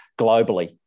globally